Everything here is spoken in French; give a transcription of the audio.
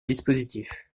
dispositif